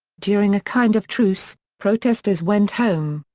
during a kind of truce, protesters went home.